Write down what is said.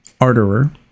Arterer